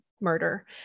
murder